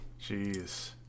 Jeez